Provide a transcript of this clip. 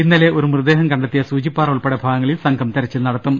ഇന്നലെ ഒരു മൃതദേഹം കണ്ടെത്തിയ സൂചിപ്പാറ ഉൾപ്പെടെ ഭാഗങ്ങ ളിൽ സംഘം തെരച്ചിൽ നടത്തും